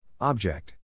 Object